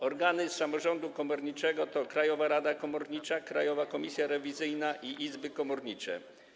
Organami samorządu komorniczego są Krajowa Rada Komornicza, Krajowa Komisja Rewizyjna i izby komornicze.